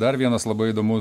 dar vienas labai įdomus